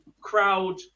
crowd